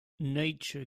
nature